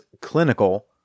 clinical